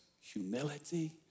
Humility